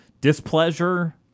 displeasure